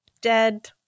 Dead